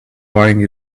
lying